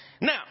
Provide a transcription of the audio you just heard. now